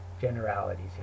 generalities